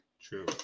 True